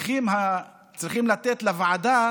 צריכים לתת לוועדה